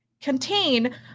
contain